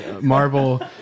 Marvel